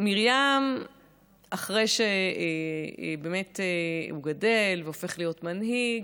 ואחרי שהוא גדל והופך להיות מנהיג,